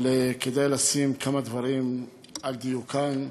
אבל כדאי לשים כמה דברים על דיוקם,